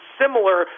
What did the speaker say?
similar